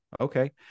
okay